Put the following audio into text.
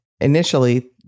initially